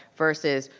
versus,